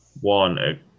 one